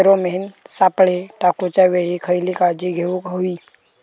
Pheromone सापळे टाकूच्या वेळी खयली काळजी घेवूक व्हयी?